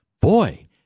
Boy